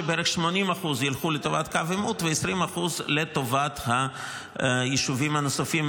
שבערך 80% ילכו לטובת קו העימות ו-20% לטובת היישובים הנוספים,